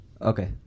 okay